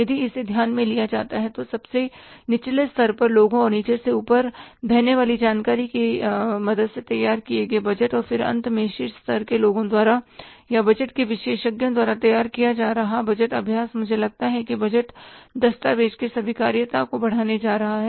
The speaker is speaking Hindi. यदि उसे ध्यान में लिया जाता है तो सबसे निचले स्तर पर लोगों और नीचे से ऊपर बहने वाली जानकारी की मदद से तैयार किए गए बजट और फिर अंत में शीर्ष स्तर के लोगों द्वारा या बजट के विशेषज्ञों द्वारा तैयार किया जा रहा बजट अभ्यास मुझे लगता है कि बजट दस्तावेज़ की स्वीकार्यता को बढ़ाने जा रहा है